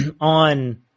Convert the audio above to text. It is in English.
On